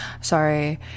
sorry